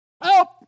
help